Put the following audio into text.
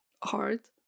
hard